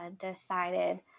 decided